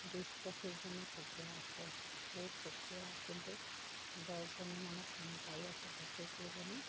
বিছ পঁচিছজনী কুকুৰা আছে সেই কুকুৰা কিন্তু দহজনী মানে কণী পাৰি আছে বাকী কেইজনী